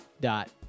dot